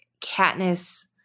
katniss